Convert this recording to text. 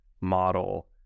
model